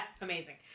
Amazing